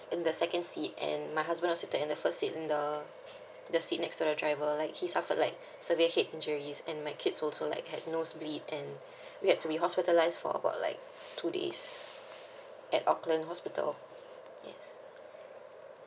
in the second seat and my husband was seated in the first seat and the the seat next to the driver like he suffered like severe head injuries and my kids also like have nose bleed and we had to be hospitalised for about like two days at auckland hospital yes